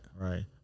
Right